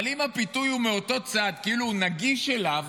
אבל אם הפיתוי הוא מאותו צד, כאילו הוא נגיש לו,